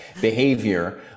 Behavior